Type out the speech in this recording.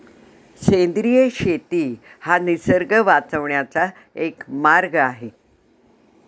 सेंद्रिय शेती हा निसर्ग वाचवण्याचा एक मार्ग आहे